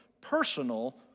personal